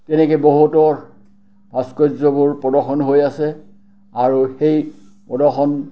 তেনেকেই বহুতৰ ভাস্কৰ্যবোৰ প্ৰদৰ্শন হৈ আছে আৰু সেই প্ৰদৰ্শন